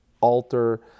alter